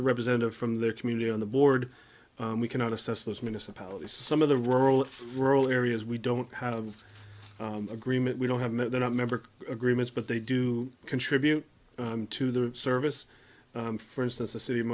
representative from their community on the board we cannot assess those municipalities some of the rural rural areas we don't have agreement we don't have that they're not member agreements but they do contribute to their service for instance the city i'm